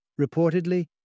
Reportedly